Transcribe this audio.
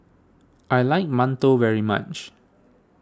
I like Mantou very much